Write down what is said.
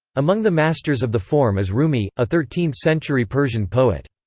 among the masters of the form is rumi, a thirteenth century persian poet.